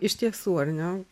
iš tiesų ar ne